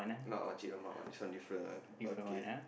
not makcik lemak [one] this one different [one] okay